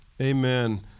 amen